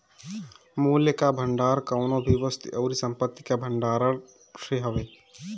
मूल्य कअ भंडार कवनो भी वस्तु अउरी संपत्ति कअ भण्डारण से हवे